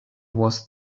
was